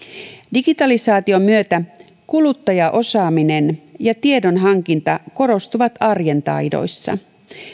digitalisaation myötä kuluttajaosaaminen ja tiedonhankinta korostuvat arjen taidoissa